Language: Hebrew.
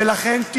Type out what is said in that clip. חברי חברי הכנסת,